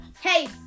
hey